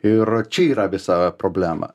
ir čia yra visa problema